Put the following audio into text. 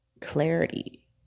clarity